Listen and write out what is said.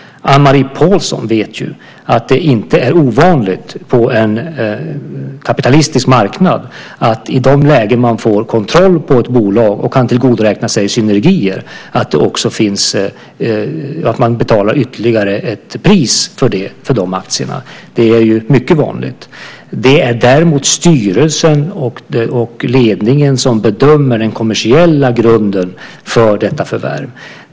Anne-Marie Pålsson vet ju att det inte är ovanligt att man på en kapitalistisk marknad betalar ett högre pris för aktier i lägen där man får kontroll på ett bolag och kan tillgodoräkna sig synergier. Det är mycket vanligt. Det är däremot styrelsen och ledningen som bedömer den kommersiella grunden för detta förvärv.